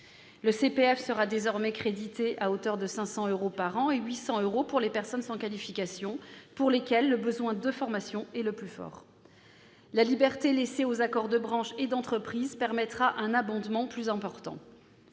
Le CPF sera désormais crédité à hauteur de 500 euros par an- 800 euros pour les personnes sans qualification, pour lesquelles le besoin de formation est le plus fort. La liberté laissée aux accords de branche et d'entreprise permettra un abondement plus important.